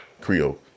Creole